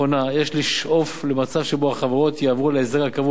יש לשאוף למצב שבו החברות יעברו להסדר הקבוע על-פיו,